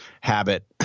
habit